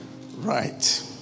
Right